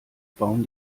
bauen